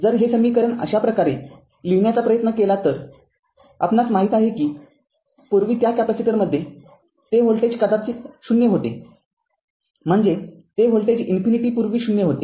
जर हे समीकरण अशा प्रकारे लिहिण्याचा प्रयत्न केला तर आपणास माहित आहे कि पूर्वी त्या कॅपेसिटरमध्ये ते व्होल्टेज कदाचित ० होते म्हणजे ते व्होल्टेज v इन्फिनिटी पूर्वी ० होते